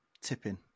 tipping